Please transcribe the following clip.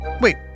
wait